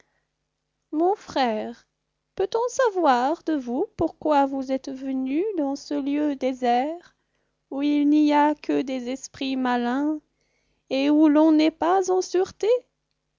mon frère peut-on savoir de vous pourquoi vous êtes venu dans ce lieu désert où il n'y a que des esprits malins et où l'on n'est pas en sûreté